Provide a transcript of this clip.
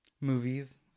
movies